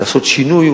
לעשות שינוי,